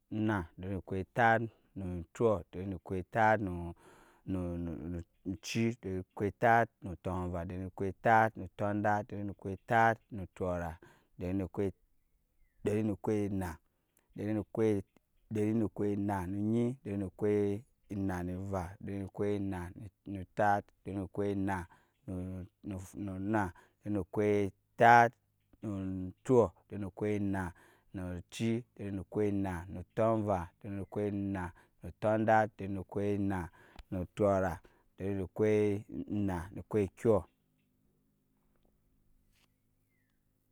Deri nu ekyetat nu. ekyɔ deri nu ekyetat nu. deri nu ekyetat nu. tunva deri nu ekyetat nu. tundat deri nu ekyetat nu. ekyɔra deri nu deri nuekyenna deri nu ekye deri nu ekyenna nu enyi ekye deri nu ekyenna nu enva ekye deri nu ekyenna nu entat ekye deri nu ekyenna nu enna ekye deri nu ekyenna nuekyɔ ekye deri nu ekyenna nueci ekye deri nu ekyenna nutunva ekye deri nu ekyenna nu tundat ekye deri nu ekyenna nu ekyekyɔra ekye deri nu ekyenna nu ekyekyɔ,